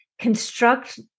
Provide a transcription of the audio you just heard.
construct